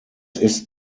ist